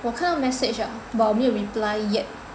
我看到 message 了 but 我没有 reply yet